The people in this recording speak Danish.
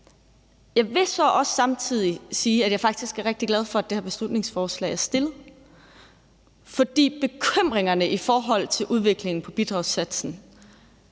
Jeg vil så samtidig også sige, at jeg faktisk er rigtig glad for, at det her beslutningsforslag er fremsat, for bekymringerne i forhold til udviklingen i bidragssatsen